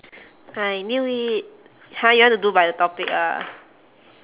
I knew it !huh! you want to do by the topic ah